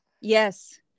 Yes